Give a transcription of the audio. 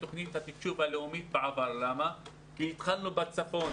תוכנית התקשוב הלאומית וזאת מאחר שהתחלנו בצפון,